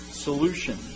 solution